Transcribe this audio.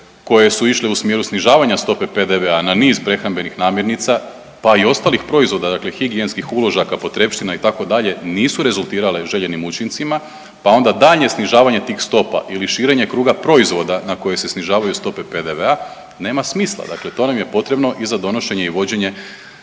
koje su išle u smjeru snižavanja stope PDV-a na niz prehrambenih namirnica, pa i ostalih proizvoda, dakle higijenskih uložaka, potrepština itd. nisu rezultirale željenim učincima, pa onda daljnje snižavanje tih stopa ili širenje kruga proizvoda na koje se snižavaju stope PDV-a nema smisla, dakle to nam je potrebno i za donošenje i vođenje